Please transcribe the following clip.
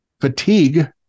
fatigue